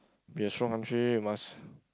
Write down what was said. be a strong country we must